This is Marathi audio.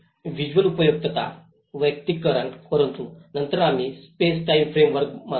व्हिज्युअल उपयुक्तता वैयक्तिकरण परंतु नंतर आम्ही स्पेस टाइम फ्रेमवर्क मानतो